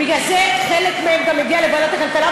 בגלל זה חלק גם מגיע לוועדת הכלכלה,